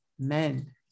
Amen